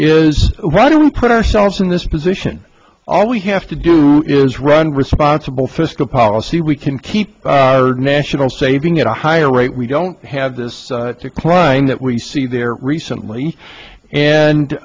is why do we put ourselves in this position all we have to do is run responsible fiscal policy we can keep our national saving at a higher rate we don't have this decline that we see there recently and